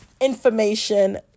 information